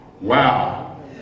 wow